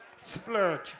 Splurge